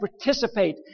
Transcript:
participate